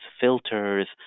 filters